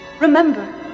Remember